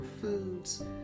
foods